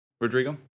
Rodrigo